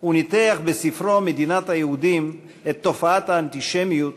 הוא ניתח בספרו "מדינת היהודים" את תופעת האנטישמיות,